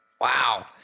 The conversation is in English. Wow